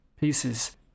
pieces